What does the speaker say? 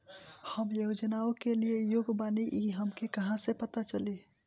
हम योजनाओ के लिए योग्य बानी ई हमके कहाँसे पता चली?